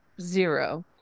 Zero